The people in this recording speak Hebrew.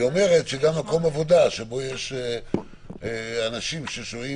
האינטרנט שלו שהוא יאפשר פתיחה של שוק,